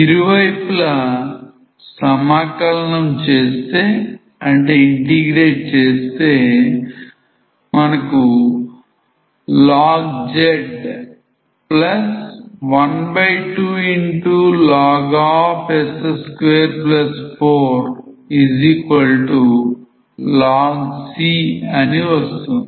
ఇరువైపులా సమాకలనం చేస్తే log z 12log s24 log c అని వస్తుంది